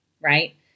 right